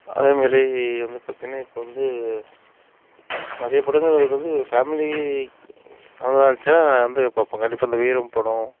அதேமாரி வந்து பார்த்திங்கனா இப்போ வந்து நிறைய படங்கள் அதாவது ஃபேம்லி நல்லாயிருந்துச்சின்னா நான் வந்து பார்ப்பேன் கண்டிப்பாக இந்த வீரம் படம்